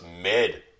mid